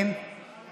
מקימים